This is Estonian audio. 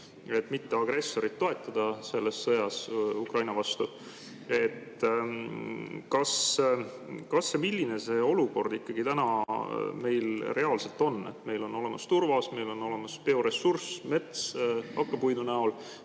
et mitte agressorit toetada selles sõjas Ukraina vastu. Milline see olukord ikkagi meil reaalselt on? Meil olemas turvas, meil on olemas bioressurss, mets, hakkepuidu näol.